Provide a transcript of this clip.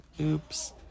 oops